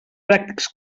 pràctics